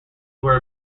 were